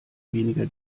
weniger